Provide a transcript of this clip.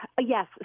yes